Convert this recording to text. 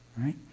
Right